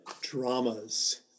dramas